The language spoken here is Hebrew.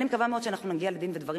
אני מקווה מאוד שאנחנו נגיע לדין ודברים